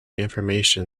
information